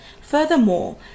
Furthermore